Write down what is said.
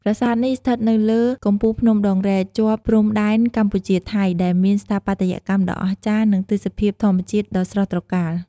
ប្រាសាទនេះស្ថិតនៅលើកំពូលភ្នំដងរ៉ែក ជាប់ព្រំដែនកម្ពុជា-ថៃ ដែលមានស្ថាបត្យកម្មដ៏អស្ចារ្យ និងទេសភាពធម្មជាតិដ៏ស្រស់ត្រកាល។